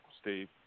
Steve